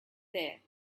there